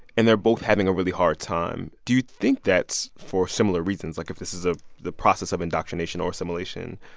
and they're both having a really hard time. do you think that's for similar reasons like, if this is ah the process of indoctrination or assimilation?